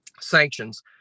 sanctions